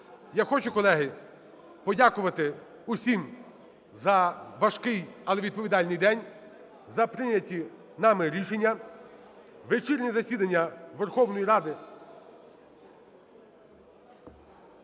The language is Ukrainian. Я хочу, колеги, подякувати усім за важкий, але відповідальний день, за прийняті нами рішення. Вечірнє засідання Верховної Ради…